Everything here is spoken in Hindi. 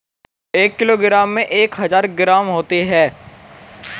एक किलोग्राम में एक हजार ग्राम होते हैं